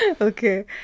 Okay